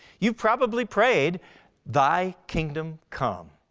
you've probably prayed thy kingdom come.